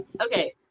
Okay